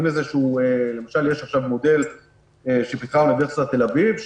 יש עכשיו מודל שפיתחה אוניברסיטת תל-אביב,